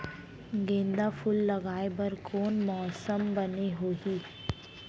गेंदा फूल लगाए बर कोन मौसम बने होही?